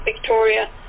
Victoria